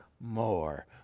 more